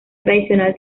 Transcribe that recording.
tradicional